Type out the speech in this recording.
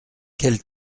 quel